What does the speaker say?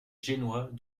génois